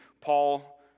Paul